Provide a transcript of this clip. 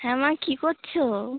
হ্যাঁ মা কী করছো